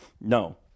No